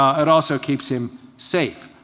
it also keeps him safe.